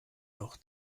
noch